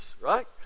right